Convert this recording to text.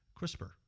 CRISPR